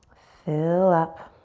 fill up.